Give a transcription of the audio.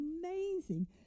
amazing